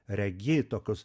regi tokius